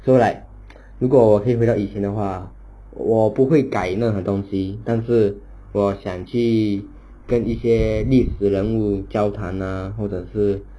so like 如果我可以回到以前的话我不会改那种东西但是我要想去跟一些历史人物交谈 ah 或者是